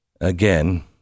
again